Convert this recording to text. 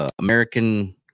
American